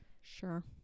Sure